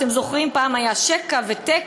אם אתם זוכרים, פעם היו "שקע ותקע".